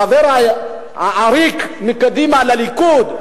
החבר העריק מקדימה לליכוד,